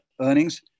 earnings